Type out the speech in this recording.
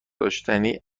داشتنی